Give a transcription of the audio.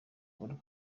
paul